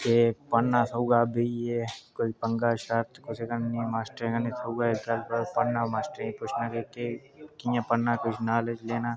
कोई गल्ल बात सिक्खनी ते